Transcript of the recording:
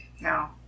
No